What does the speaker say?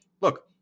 look